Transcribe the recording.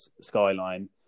Skyline